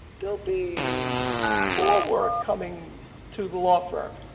there will be more work coming to the law firm.